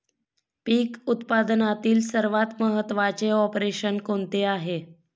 पीक उत्पादनातील सर्वात महत्त्वाचे ऑपरेशन कोणते आहे?